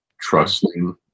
Trusting